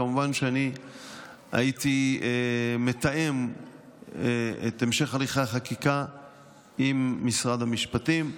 כמובן שאני הייתי מתאם את המשך הליכי החקיקה עם משרד המשפטים,